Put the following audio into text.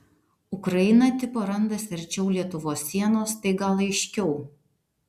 ukraina tipo randasi arčiau lietuvos sienos tai gal aiškiau